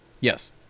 Yes